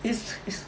it is it's